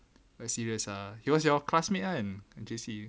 quite serious ah he was your classmate kan J_C